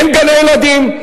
אין גני-ילדים.